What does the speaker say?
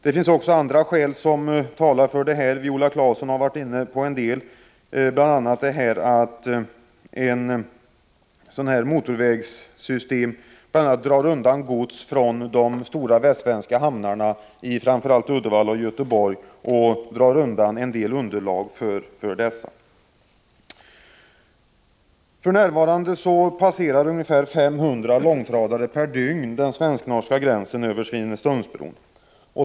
Det finns också andra skäl som talar mot en motorväg — Viola Claesson har varit inne på en del, bl.a. att ett motorvägssystem drar undan gods från de stora västsvenska hamnarna i framför allt Uddevalla och Göteborg och därmed drar undan en del av underlaget för dessa. För närvarande passerar ungefär 500 långtradare per dygn den svensknorska gränsen över Svinesundsbron.